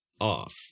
off